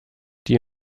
die